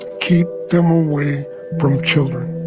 keep them away from children.